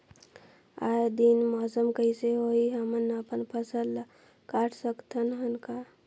आय दिन मौसम कइसे होही, हमन अपन फसल ल काट सकत हन का?